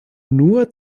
nur